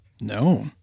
No